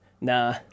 nah